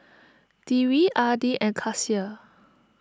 Dewi Adi and Kasih